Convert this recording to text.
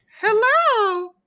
Hello